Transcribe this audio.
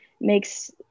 makes